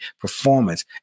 performance